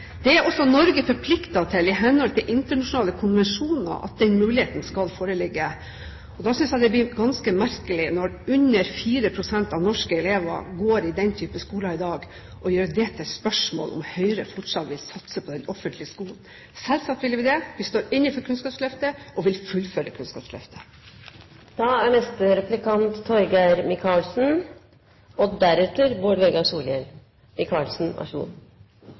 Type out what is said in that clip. er også Norge forpliktet til i henhold til internasjonale konvensjoner. Da synes jeg det blir ganske merkelig – når under 4 pst. av norske elever går i den type skoler i dag – å gjøre det til et spørsmål om Høyre fortsatt vil satse på den offentlige skolen. Selvsagt vil vi det. Vi står inne for Kunnskapsløftet og vil fullføre